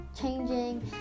changing